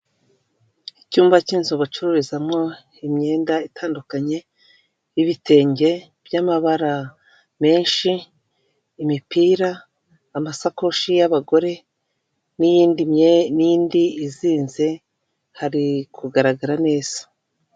Icyumba cy'inzu bacururizamo imyenda itandukanye, y'ibitenge by'amabara menshi, imipira, amasakoshi y'abagore, n'iyindi n'indi izinze hari kugaragara neza.